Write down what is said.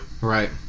Right